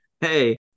hey